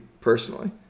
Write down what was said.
personally